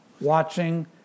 watching